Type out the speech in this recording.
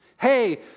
Hey